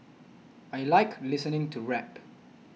I like listening to rap